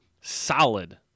solid